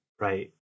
Right